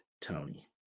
Tony